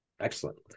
Excellent